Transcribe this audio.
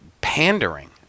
pandering